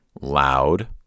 loud